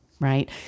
right